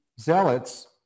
zealots